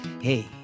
Hey